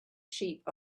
sheep